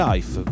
Life